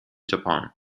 japan